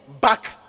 back